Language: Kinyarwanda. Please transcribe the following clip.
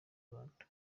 rwanda